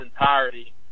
entirety